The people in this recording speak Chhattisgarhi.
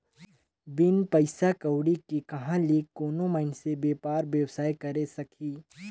बिन पइसा कउड़ी के कहां ले कोनो मइनसे बयपार बेवसाय करे सकही